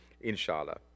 inshallah